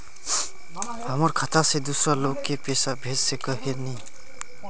हमर खाता से दूसरा लोग के पैसा भेज सके है ने?